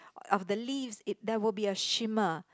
of the leaves it there would be a shimmer